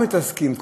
מה מתעסקים,